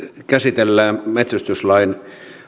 käsitellään metsästyslain